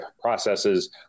processes